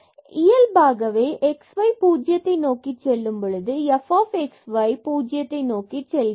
எனவே இயல்பாகவே xy பூஜ்ஜியம் நோக்கி செல்லும் பொழுது f x y பூஜ்ஜியத்தை நோக்கி செல்கிறது